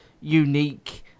unique